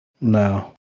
No